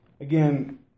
again